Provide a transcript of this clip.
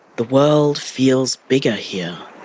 the world feels bigger here.